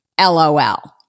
LOL